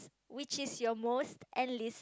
which is your most and least